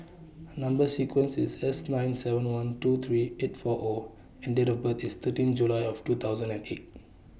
Number sequence IS S nine seven one two three eight four O and Date of birth IS thirteen July of two thousand and eight